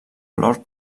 lord